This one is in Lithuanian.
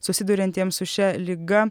susiduriantiems su šia liga